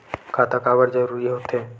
खाता काबर जरूरी हो थे?